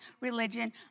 religion